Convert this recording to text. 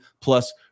plus